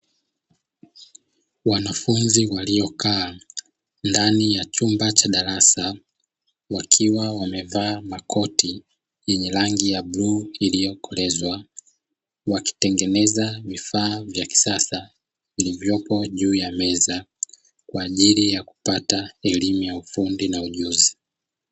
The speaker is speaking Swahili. Wanafunzi waliokaa ndani ya chumba cha darasa wakiwa wamevaa makoti yenye rangi ya bluu iliyokolezwa, wakitengeneza vifaa vya kisasa vilivyopo juu ya meza kwa ajili ya kupata elimu ya ufundi na ujuzi.